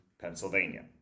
Pennsylvania